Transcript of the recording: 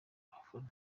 abafana